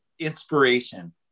Inspiration